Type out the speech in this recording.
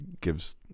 gives